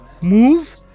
Move